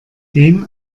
den